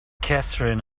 katherine